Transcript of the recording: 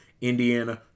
Indiana